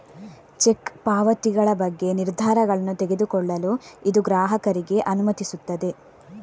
check ಪಾವತಿಗಳ ಬಗ್ಗೆ ನಿರ್ಧಾರಗಳನ್ನು ತೆಗೆದುಕೊಳ್ಳಲು ಇದು ಗ್ರಾಹಕರಿಗೆ ಅನುಮತಿಸುತ್ತದೆ